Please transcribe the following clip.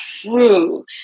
true